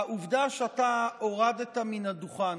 העובדה שאתה הורדת מן הדוכן